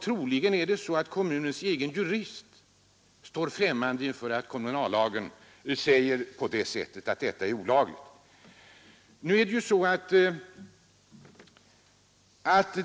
Troligen är det så att även kommunens egen jurist står främmande för att kommunallagen säger att detta är olagligt.